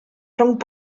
rhwng